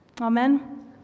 Amen